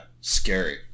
Scary